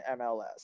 MLS